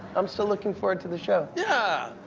i'm still looking forward to the show. yeah,